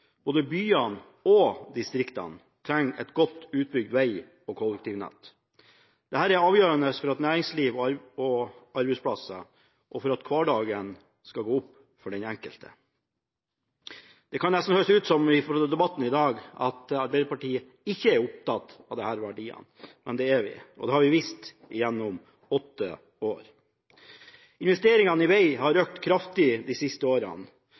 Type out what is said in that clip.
Både byene og distriktene trenger et godt utbygd vei- og kollektivnett. Det er avgjørende for næringsliv og arbeidsplasser og for at hverdagen skal gå opp for den enkelte. Det kan i debatten i dag nesten høres ut som at Arbeiderpartiet ikke er opptatt av disse verdiene, men det er vi – og det har vi vist gjennom åtte år. Investeringer i vei har økt kraftig de siste årene.